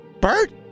Bert